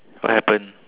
what happened